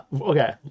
okay